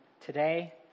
today